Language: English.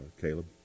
Caleb